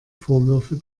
vorwürfe